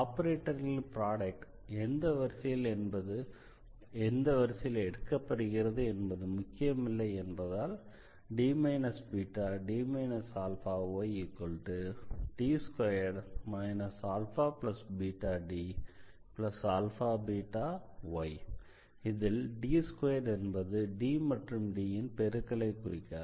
ஆபரேட்டர்களின் product எந்த வரிசையில் எடுக்கப்படுகிறது என்பது முக்கியமில்லை என்பதால் D βD αyD2 αβDαβy இதில் D2 என்பது D மற்றும் D ன் பெருக்கலை குறிக்காது